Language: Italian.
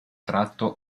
tratto